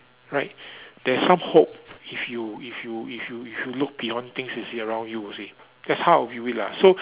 right there's some hope if you if you if you if you look beyond things and see around you you see that's how I view it lah so